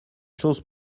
chose